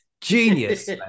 Genius